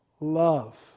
love